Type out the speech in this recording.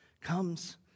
comes